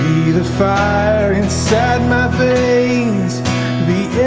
be the fire inside my veins the